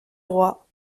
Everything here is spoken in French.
roi